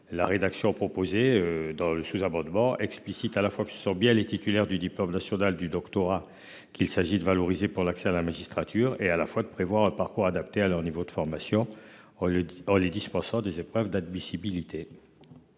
la rédaction proposée dans le sous-amendement explicite à la fois que ce sont bien les titulaires du diplôme national du doctorat qu'il s'agit de valoriser pour l'accès à la magistrature et à la fois de prévoir un parcours adapté à leur niveau de formation au lieu d'en les dispensant des épreuves d'admissibilité.